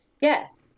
yes